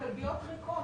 הכלביות ריקות.